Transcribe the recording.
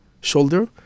shoulder